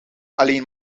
alleen